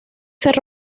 ser